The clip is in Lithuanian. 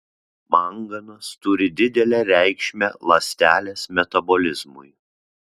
manganas turi didelę reikšmę ląstelės metabolizmui